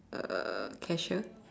uh cashier